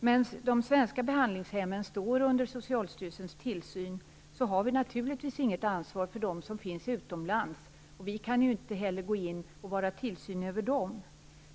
Medan de svenska behandlingshemmen står under Socialstyrelsens tillsyn har vi naturligtvis inget ansvar för dem som finns utomlands. Vi kan inte heller gå in och ha tillsyn över dem.